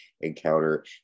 encounter